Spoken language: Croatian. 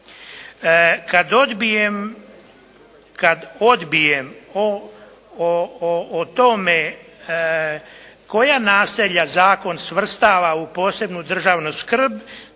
kad odbijem o tome koja naselja zakon svrstava u posebnu državnu skrb,